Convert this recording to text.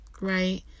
right